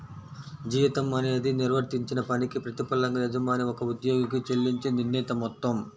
జీతం అనేది నిర్వర్తించిన పనికి ప్రతిఫలంగా యజమాని ఒక ఉద్యోగికి చెల్లించే నిర్ణీత మొత్తం